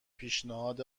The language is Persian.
پیشنهاد